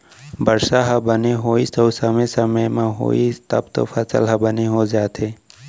बरसा ह बने होइस अउ समे समे म होइस तब तो फसल ह बने हो जाथे